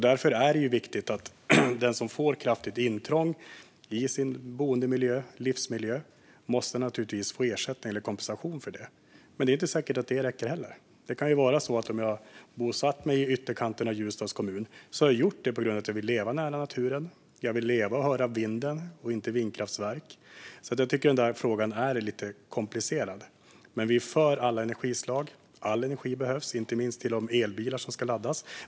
Därför är det viktigt att den som får ett kraftigt intrång i sin boendemiljö och livsmiljö får ersättning eller kompensation för det. Men det är inte säkert att det räcker. Det kan ju vara så att man har bosatt sig i ytterkanten av Ljusdals kommun för att man vill leva nära naturen. Man vill höra vinden och inte vindkraftverken. Jag tycker alltså att frågan är lite komplicerad. Vi är dock för alla energislag. All energi behövs, inte minst till de elbilar som ska laddas.